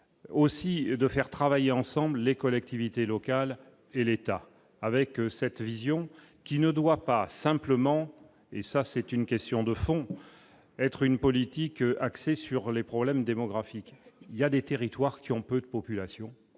aussi de faire travailler ensemble les collectivités locales et l'État avec cette vision qui ne doit pas simplement, et ça c'est une question de fond : être une politique axée sur les problèmes démographiques, il y a des territoires qui ont peu de population,